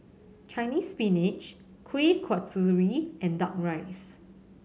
Chinese Spinach Kuih Kasturi and Duck Rice